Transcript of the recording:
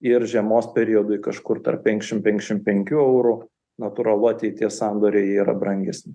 ir žiemos periodui kažkur tarp penkšim penkšim penkių eurų natūralu ateities sandoriai jie yra brangesni